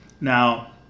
Now